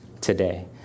today